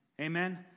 Amen